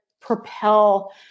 propel